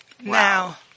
Now